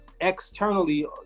externally